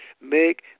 make